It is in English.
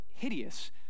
hideous